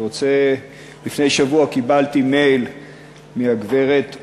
לפני שבוע קיבלתי מייל מהגברת רודינה,